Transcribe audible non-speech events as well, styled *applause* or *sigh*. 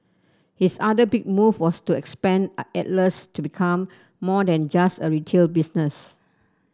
his other big move was to expand *unintelligible* Atlas to become more than just a retail business